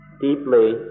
deeply